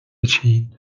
چین